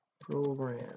program